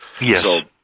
yes